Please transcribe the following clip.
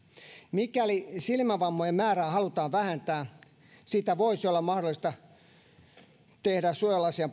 mikäli silmävammojen määrää halutaan vähentää se voisi olla mahdollista tekemällä suojalasien